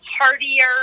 heartier